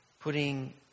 putting